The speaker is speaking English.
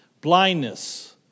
blindness